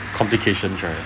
complication right